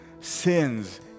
sins